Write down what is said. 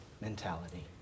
mentality